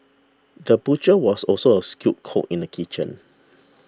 the butcher was also a skilled cook in the kitchen